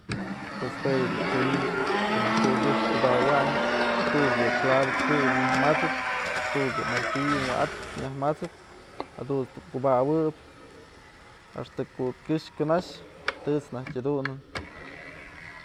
Pues jue yëdun tyun ko'o najk puy kyëxp kubawëwayn tu'uk yë clavo kë myaj mat'sëp, tu'uk yë martillo wa'atëp myaj masëp jadunt's dun kubawëp axta ko'o kyëx kunax tët's najtyë jadunën.